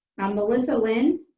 melissa lin.